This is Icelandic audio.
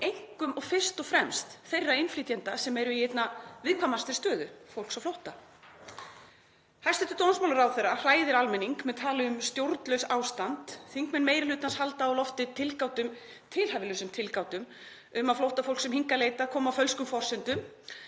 einkum og fyrst og fremst þeirra innflytjenda sem eru í einna viðkvæmastri stöðu; fólks á flótta. Hæstv. dómsmálaráðherra hræðir almenning með tali um stjórnlaust ástand, þingmenn meiri hlutans halda á lofti tilhæfulausum tilgátum um að flóttafólk sem hingað leitar komi á fölskum forsendum